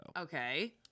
Okay